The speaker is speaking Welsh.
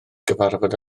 gyfarfod